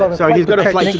ah sorry, he's got a flight